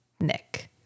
Nick